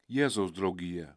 jėzaus draugija